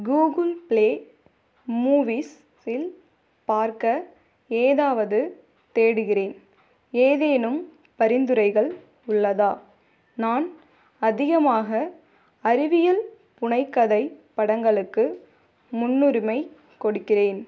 Google Play Movies இல் பார்க்க ஏதாவது தேடுகிறேன் ஏதேனும் பரிந்துரைகள் உள்ளதா நான் அதிகமாக அறிவியல் புனைகதை படங்களுக்கு முன்னுரிமை கொடுக்கிறேன்